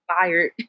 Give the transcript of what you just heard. fired